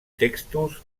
textos